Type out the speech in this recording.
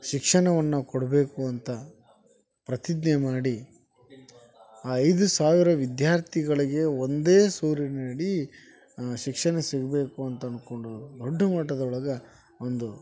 ಶಿಕ್ಷಣವನ್ನ ಕೊಡಬೇಕು ಅಂತ ಪ್ರತಿಜ್ಞೆ ಮಾಡಿ ಆ ಐದು ಸಾವಿರ ವಿದ್ಯಾರ್ಥಿಗಳಿಗೆ ಒಂದೇ ಸೂರಿನಡಿ ಶಿಕ್ಷಣ ಸಿಗಬೇಕು ಅಂತ ಅಂದ್ಕೊಂಡು ದೊಡ್ಡ ಮಟ್ಟದೊಳ್ಗೆ ಒಂದು